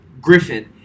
Griffin